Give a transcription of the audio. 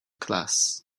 class